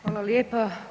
Hvala lijepa.